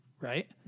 Right